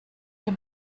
dem